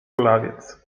kulawiec